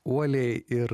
uoliai ir